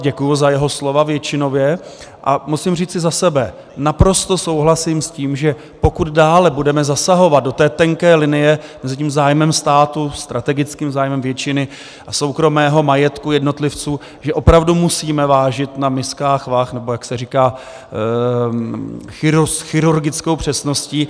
Děkuji za jeho slova, většinově, a musím říci za sebe naprosto souhlasím s tím, že pokud dále budeme zasahovat do té tenké linie mezi tím zájmem státu, strategickým zájmem většiny, a soukromého majetku jednotlivců, že opravdu musíme vážit na miskách vah, nebo jak se říká, s chirurgickou přesností.